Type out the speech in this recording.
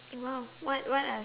!wow! what what are